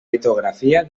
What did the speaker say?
litografia